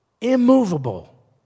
Immovable